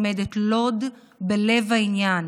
עומדת לוד בלב העניין.